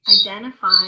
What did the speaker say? identify